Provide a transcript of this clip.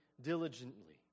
diligently